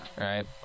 Right